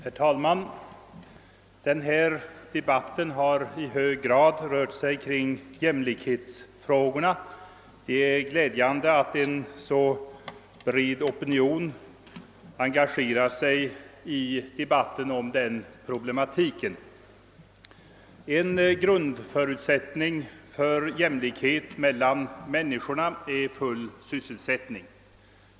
Herr talman! Denna debatt har i hög grad rört sig kring jämlikhetsfrågorna. Det är glädjande att en så bred opinion engagerar sig i debatten om den problematiken. En grundförutsättning för jämlikhet mellan människorna är full sysselsättning.